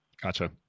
Gotcha